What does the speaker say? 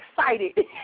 excited